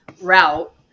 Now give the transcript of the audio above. route